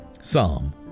Psalm